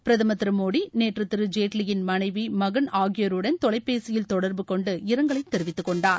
பிரதமர் திரு மோடி நேற்று திரு ஜேட்லியின் மனைவி மகன் ஆகியோருடன் தொலைபேசியில் தொடர்பு கொண்டு இரங்கலை தெரிவித்துக்கொண்டார்